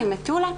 ממטולה?